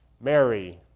Mary